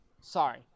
Sorry